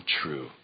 true